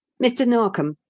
mr. narkom,